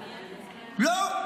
לא,